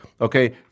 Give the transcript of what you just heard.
Okay